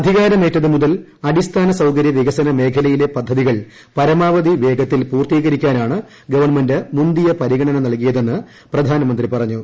അധികാരമേറ്റതുമുതൽ അടിസ്ഥാന സൌകര്യവികസന മേഖലയിലെ പദ്ധതികൾ പരമാവധി വേഗത്തിൽ പൂർത്തീകരിക്കാനാണ് ഗവൺമെന്റ് മുന്തിയ പരിഗണന നൽകിയതെന്ന് പ്രധാനമന്ത്രി പറഞ്ഞു